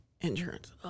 Insurance